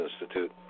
Institute